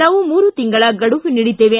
ನಾವು ಮೂರು ತಿಂಗಳ ಗಡುವು ನೀಡಿದ್ದೇವೆ